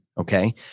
Okay